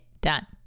done